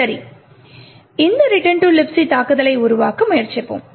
சரி இந்த Return to Libc தாக்குதலை உருவாக்க முயற்சிப்போம்